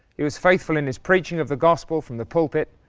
he was faithful in his preaching of the gospel from the pulpit,